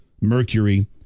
mercury